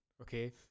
okay